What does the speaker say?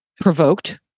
provoked